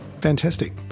Fantastic